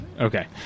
Okay